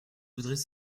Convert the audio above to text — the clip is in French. voudrais